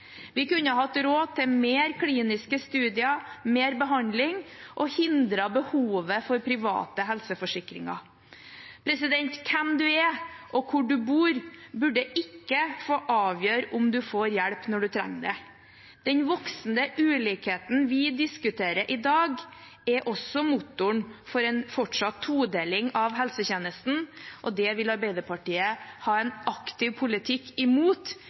Vi kunne hatt råd til flere kliniske studier og mer behandling, og vi kunne hindret behovet for private helseforsikringer. Hvem man er og hvor man bor, burde ikke få avgjøre om man får hjelp når man trenger det. Den voksende ulikheten vi diskuterer i dag, er også motoren for en fortsatt todeling av helsetjenesten. Det vil Arbeiderpartiet ha en aktiv politikk